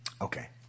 Okay